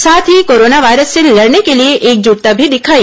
साथ ही coronavirus से लड़ने के लिए एकजुटता भी दिखाई